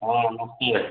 हाँ नमस्ते